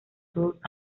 todos